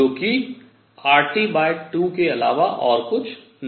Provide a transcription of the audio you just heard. जो कि RT2 के अलावा और कुछ नहीं है